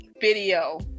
video